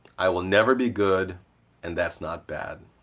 i will never be good and that's not bad.